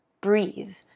breathe